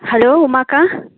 hello உமாக்கா